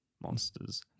monsters